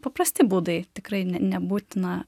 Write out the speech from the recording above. paprasti būdai tikrai ne nebūtina